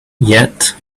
yet